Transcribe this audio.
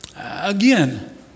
Again